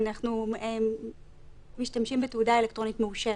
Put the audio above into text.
אנחנו משתמשים בתעודה אלקטרונית מאושרת.